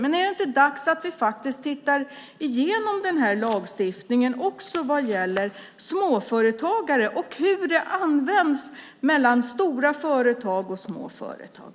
Men är det inte dags att vi faktiskt ser över denna lagstiftning också vad gäller småföretagare för att se hur detta används mellan stora företag och små företag?